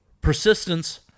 persistence